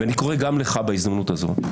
ואני קורא גם לך בהזדמנות הזאת,